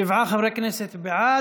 שבעה חברי כנסת בעד.